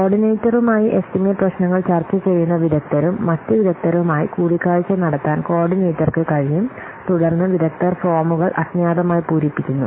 കോർഡിനേറ്ററുമായി estimate പ്രശ്നങ്ങൾ ചർച്ച ചെയ്യുന്ന വിദഗ്ധരും മറ്റ് വിദഗ്ധരുമായി കൂടിക്കാഴ്ച നടത്താൻ കോർഡിനേറ്റർക്ക് കഴിയും തുടർന്ന് വിദഗ്ധർ ഫോമുകൾ അജ്ഞാതമായി പൂരിപ്പിക്കുന്നു